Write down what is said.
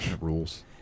Rules